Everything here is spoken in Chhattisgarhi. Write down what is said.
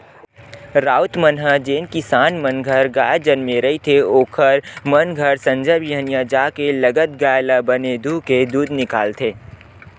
राउत मन ह जेन किसान मन घर गाय जनमे रहिथे ओखर मन घर संझा बिहनियां जाके लगत गाय ल बने दूहूँके दूद निकालथे